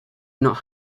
not